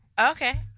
Okay